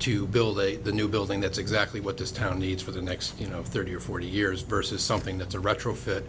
to build a new building that's exactly what this town needs for the next you know thirty or forty years versus something that's a retrofit